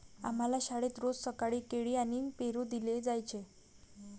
आम्हाला शाळेत रोज सकाळी केळी आणि पेरू दिले जायचे